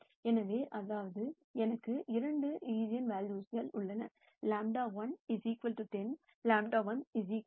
எனவே அதாவது எனக்கு இரண்டு ஈஜென்வெல்யூஸ்க்கள் உள்ளன λ 1 10 மற்றும் λ 1 1